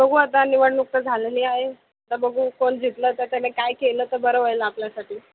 बघू आता निवडणूक तर झालेली आहे तर बघू कोण जिकलं तर त्याने काही केलं तर बरं होईल आपल्यासाठी